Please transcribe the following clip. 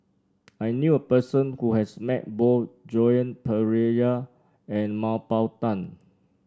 I knew a person who has met both Joan Pereira and Mah Bow Tan